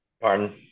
Pardon